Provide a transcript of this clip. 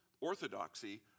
orthodoxy